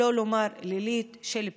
שלא לומר לילית, של פלישות,